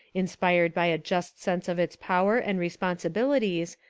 inspired by a just sense of its power and responsibilities,